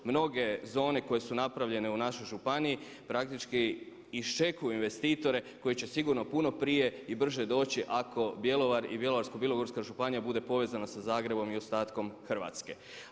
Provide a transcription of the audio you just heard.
Mnoge zone koje su napravljene u našoj županiji praktički iščekuju investitore koji će sigurno puno prije i brže doći ako Bjelovar i Bjelovarsko-bilogorska županija bude povezana sa Zagrebom i ostatkom Hrvatske.